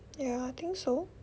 ya I think so